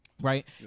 Right